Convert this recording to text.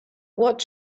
what